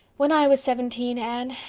when i was seventeen, anne,